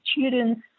students